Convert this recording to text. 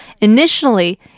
initially